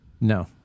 No